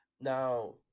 Now